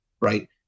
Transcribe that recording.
right